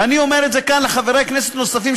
ואני אומר את זה כאן לחברי כנסת נוספים,